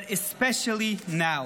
but especially now.